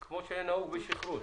כמו שנהוג בשיכרות.